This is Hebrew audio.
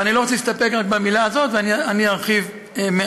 אבל אני לא רוצה להסתפק רק במילה הזאת אלא אני ארחיב מעט.